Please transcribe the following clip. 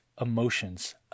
emotions